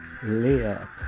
layup